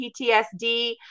PTSD